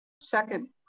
Second